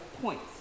points